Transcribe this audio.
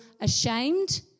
ashamed